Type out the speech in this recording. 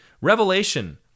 Revelation